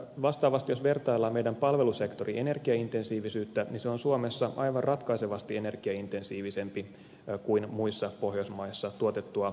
vastaavasti jos vertaillaan meidän palvelusektorin energiaintensiivisyyttä niin suomessa palvelusektori on aivan ratkaisevasti energiaintensiivisempi kuin muissa pohjoismaissa tuotettua arvonlisää kohti